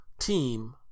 team